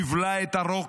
נבלע את הרוק,